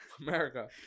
America